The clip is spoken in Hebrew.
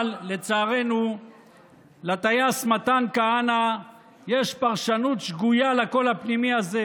אבל לצערנו לטייס מתן כהנא יש פרשנות שגויה לקול הפנימי הזה,